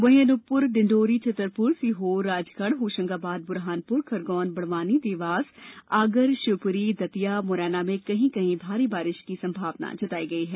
वही अनूपपुर डिंडोरी छतरपुर सीहोर राजगढ होशंगाबाद बुरहानपुर खंरगोन बडवानी देवास आगर शिवपुरी दतिया मुरैना में कहीं कहीं भारी बारिश की संभावना जताई है